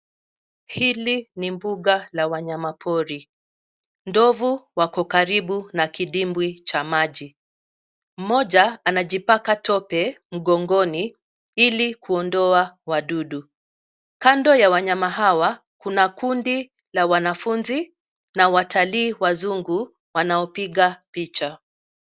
Hili ni mbuga la wanyama pori. Ndovu wako karibu na kidimbwi cha maji. Mmoja anajipaka tope mgongoni ilikuondoa wadudu. Kando ya wanyama hawa kuna kundi la wanafunzi na watalii wazungu wanaopiga picha.